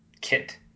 kit